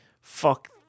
fuck